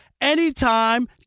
anytime